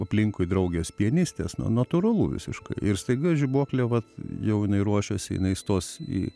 aplinkui draugės pianistės nu natūralu visiškai ir staiga žibuoklė vat jau ruošiasi jinai stos į